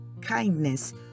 kindness